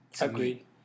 Agreed